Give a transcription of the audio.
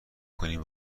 کنین